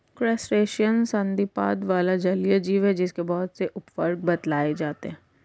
crustacean संधिपाद वाला जलीय जीव है जिसके बहुत से उपवर्ग बतलाए जाते हैं